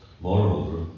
Moreover